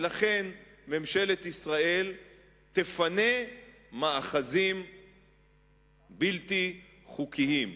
ולכן ממשלת ישראל תפנה מאחזים בלתי חוקיים.